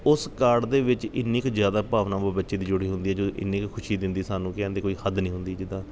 ਉਸ ਕਾਰਡ ਦੇ ਵਿੱਚ ਇੰਨੀ ਕੁ ਜ਼ਿਆਦਾ ਭਾਵਨਾ ਉਹ ਬੱਚੇ ਦੀ ਜੁੜੀ ਹੁੰਦੀ ਹੈ ਜੋ ਇੰਨੀ ਕੁ ਖੁਸ਼ੀ ਦਿੰਦੀ ਸਾਨੂੰ ਕਿ ਇਹਨਾਂ ਦੀ ਕੋਈ ਹੱਦ ਨਹੀਂ ਹੁੰਦੀ ਜਿੱਦਾਂ